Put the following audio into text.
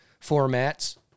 formats